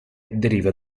deriva